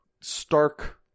stark